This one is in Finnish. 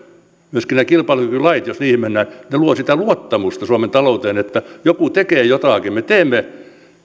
myöskin nämä kilpailukykylait jos niihin mennään luovat sitä luottamusta suomen talouteen että joku tekee jotakin me teemme